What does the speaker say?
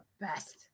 best